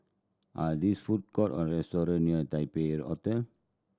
are this food court or restaurant near Taipei Hotel